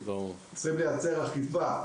אלא צריך לייצר אכיפה.